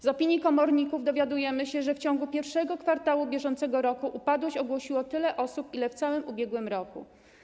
Z opinii komorników dowiadujemy się, że w ciągu I kwartału br. upadłość ogłosiło tyle osób, ile w całym ubiegłym roku.